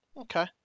Okay